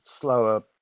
slower